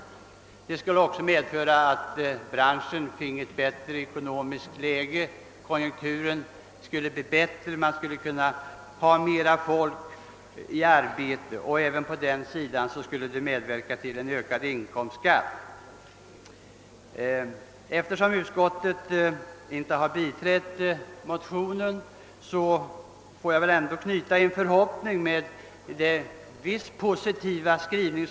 Branschen skulle också få ett bättre ekonomiskt läge. Man skulle kunna ha mera folk i arbete varigenom inkomstskatten skulle öka. Utskottet har inte biträtt motionen men ändå gjort en i viss mån positiv skrivning.